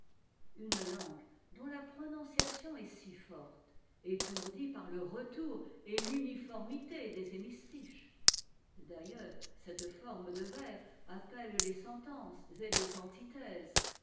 une tangue dont la prononciation est si forte étourdit par le retour et l'uniformité des hémistiches d'ailleurs cette forme de vers appelle les sentences et les antithèses